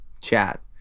chat